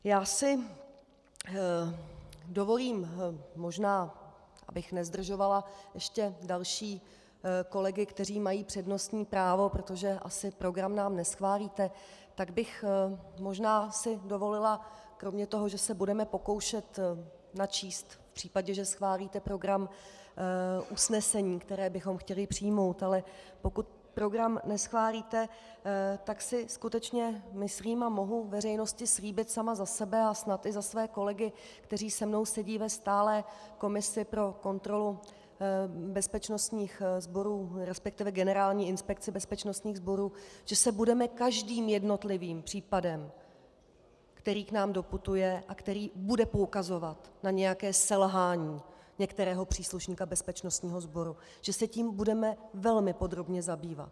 Já si dovolím, možná abych nezdržovala ještě další kolegy, kteří mají přednostní právo, protože asi program nám neschválíte, tak bych možná si dovolila kromě toho, že se budeme pokoušet načíst, v případě že schválíte program, usnesení, které bychom chtěli přijmout, ale pokud program neschválíte, tak si skutečně myslím a mohu veřejnosti slíbit sama za sebe a snad i za své kolegy, kteří se mnou sedí ve stálé komisi pro kontrolu bezpečnostních sborů, resp. Generální inspekce bezpečnostních sborů, že se budeme každým jednotlivým případem, který k nám doputuje a který bude poukazovat na některé selhání některého příslušníka bezpečnostního sboru, velmi podrobně zabývat.